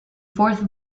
fourth